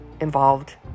involved